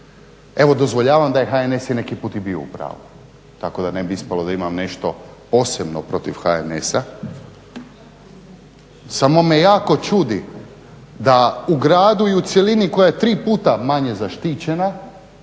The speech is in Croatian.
Evo dozvoljavam da je HNS neki put i bio u pravu. Tako da ne bi ispalo da imam nešto posebno protiv HNS-a samo me jako čudi da u gradu i u cjelini koja je tri puta manje zaštićena